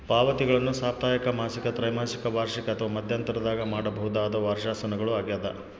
ಪಾವತಿಗಳನ್ನು ಸಾಪ್ತಾಹಿಕ ಮಾಸಿಕ ತ್ರೈಮಾಸಿಕ ವಾರ್ಷಿಕ ಅಥವಾ ಮಧ್ಯಂತರದಾಗ ಮಾಡಬಹುದಾದವು ವರ್ಷಾಶನಗಳು ಆಗ್ಯದ